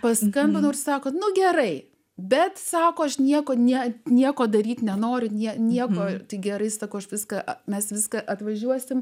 paskambino ir sako nu gerai bet sako aš nieko net nieko daryti nenori nė nenori tai gerai sako aš viską mes viską atvažiuosime